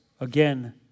again